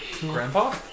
Grandpa